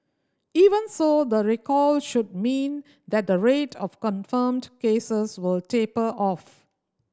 even so the recall should mean that the rate of confirmed cases will taper off